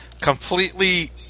Completely